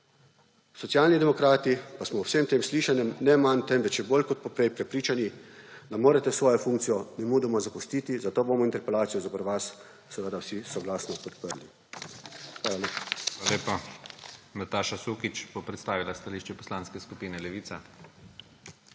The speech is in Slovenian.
Socialni demokrati pa smo ob vsem tem slišanem ne manj, temveč še bolj kot poprej prepričani, da morate svojo funkcijo nemudoma zapustiti, zato bomo interpelacijo zoper vas seveda vsi soglasno podprli.